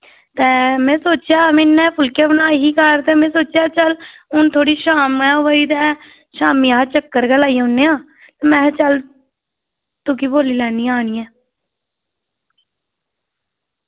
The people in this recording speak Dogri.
तैं मैं सोचेआ मैं इ'यां फुल्के बना दी ही घर ते मैं सोचेआ चल हू'न थोह्ड़ी शाम ऐ होआ दी तै शाम्मी अस चक्कर गै लाई औने आं महै चल तुकी बोल्ली लैन्नी आं आह्नियै